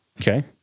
Okay